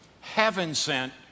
heaven-sent